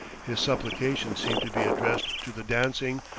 his supplications seem to be addressed to the dancing,